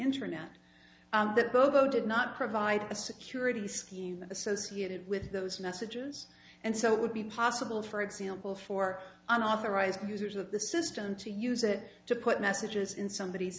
internet that bobo did not provide a security scheme associated with those messages and so it would be impossible for example for an authorized users of the system to use it to put messages in somebod